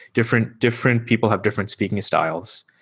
different different people have different speaking styles.